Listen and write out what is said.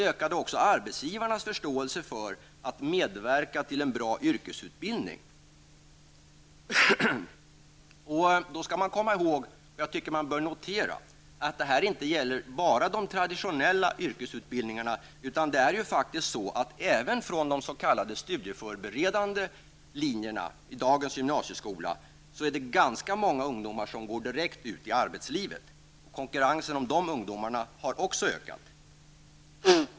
Även arbetsgivarens förståelse för att de måste medverka till en bra yrkesutbildning ökade. Det bör noteras att det här inte bara gäller de traditionella yrkesutbildningarna. Det är ganska många ungdomar som går direkt ut i arbetslivet även från de s.k. studieförberedande linjerna i dagens gymnasieskola. Konkurrensen om de ungdomarna har också ökat.